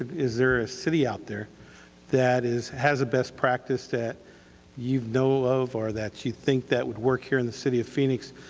is there a city out there that has a best practice that you know of or that you think that would work here in the city of phoenix?